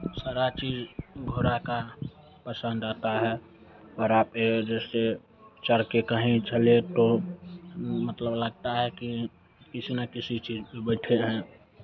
सारा चीज़ घोड़ा का पशंद आता है घोड़ा पे जैसे चढ़ के कहीं चले तो मतलब लगता है कि किसी ना किसी चीज़ पे बैठे हैं